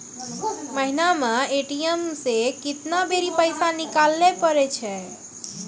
महिना मे ए.टी.एम से केतना बेरी पैसा निकालैल पारै छिये